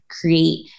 create